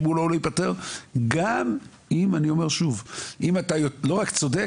אם אתה לא רק צודק,